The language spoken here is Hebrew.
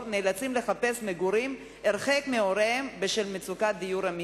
נאלצים לחפש מגורים הרחק מהוריהם בשל מצוקת דיור אמיתית.